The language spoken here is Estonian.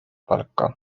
palka